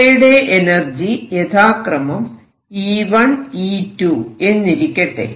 ഇവയുടെ എനർജി യഥാക്രമം E1 E2 എന്നിരിക്കട്ടെ